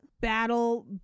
battle